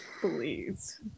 please